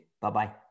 Bye-bye